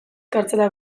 kartzela